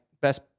best